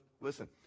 Listen